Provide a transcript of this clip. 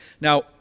Now